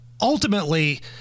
Ultimately